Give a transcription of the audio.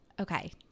okay